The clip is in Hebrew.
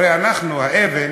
הרי אנחנו, האבן